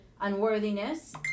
unworthiness